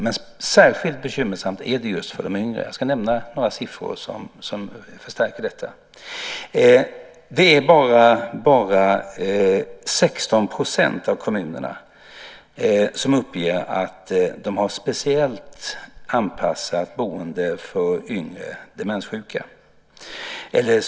Men särskilt bekymmersamt är det just för de yngre. Jag ska nämna några siffror som förstärker detta. Det är bara 16 % av kommunerna som uppger att de har speciella insatser för yngre demenssjuka.